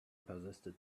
persisted